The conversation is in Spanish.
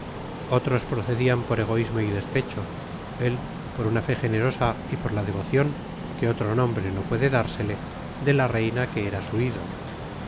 otros procedían por egoísmo y despecho él por una fe generosa y por la devoción que otro nombre no puede dársele de la reina que era su ídolo